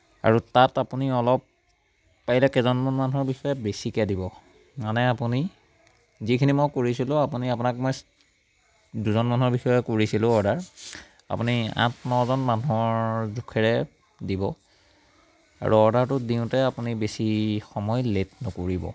আৰু তাত আপুনি অলপ পাৰিলে কেইজনমান মানুহৰ বিষয়ে বেছিকৈ দিব মানে আপুনি যিখিনি মই কৰিছিলোঁ আপুনি আপোনাক মই দুজন মানুহৰ বিষয়ে কৰিছিলোঁ অৰ্ডাৰ আপুনি আঠ নজন মানুহৰ জোখেৰে দিব আৰু অৰ্ডাৰটো দিওঁতে আপুনি বেছি সময় লেট নকৰিব